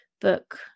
book